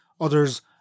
Others